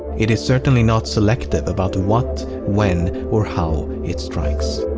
it is certainly not selective about what, when, or how it strikes.